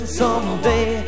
someday